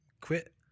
quit